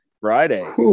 Friday